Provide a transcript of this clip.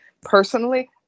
personally